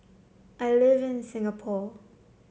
I live in Singapore